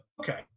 okay